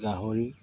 গাহৰি